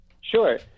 Sure